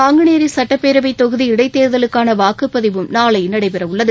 நாங்குநேரி சட்டப்பேரவைத் தொகுதி இடைத் தேர்தலுக்கான வாக்குப்பதிவு நாளை நடைபெறவுள்ளது